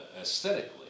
aesthetically